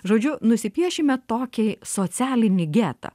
žodžiu nusipiešime tokį socialinį getą